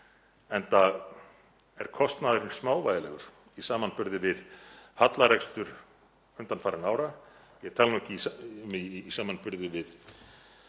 enda er kostnaðurinn smávægilegur í samanburði við hallarekstur undanfarinna ára, ég tala nú ekki um í samanburði við